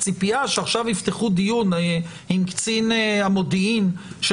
הציפייה שעכשיו יפתחו דיון עם קצין המודיעין של